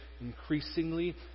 increasingly